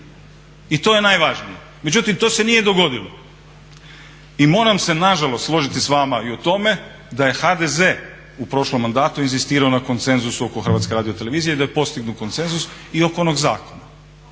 I to je najvažnije. Međutim, to se nije dogodilo. I moram se na žalost složiti s vama i o tome da je HDZ u prošlom mandatu inzistirao na konsenzusu oko Hrvatske radio televizije i da je postignut konsenzus i oko onog zakona